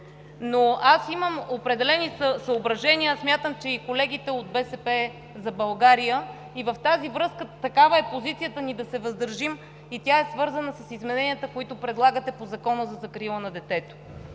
но аз имам съображения и смятам, че и колегите от „БСП за България“ също, и в тази връзка такава е позицията ни – да се въздържим. Тя е свързана с измененията, които предлагате по Закона за закрила на детето,